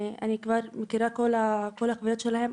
אני מכירה את כל החוויות שלהם,